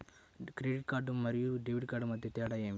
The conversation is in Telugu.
క్రెడిట్ కార్డ్ మరియు డెబిట్ కార్డ్ మధ్య తేడా ఏమిటి?